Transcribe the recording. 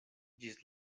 ĝis